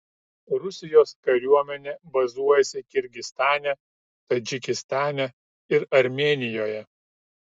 rusijos kariuomenė bazuojasi kirgizstane tadžikistane ir armėnijoje